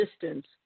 distance